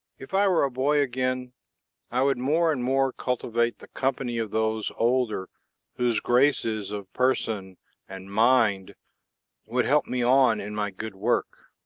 if i were a boy again i would more and more cultivate the company of those older whose graces of person and mind would help me on in my good work.